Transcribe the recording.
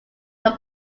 your